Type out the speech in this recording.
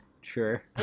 sure